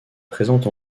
présente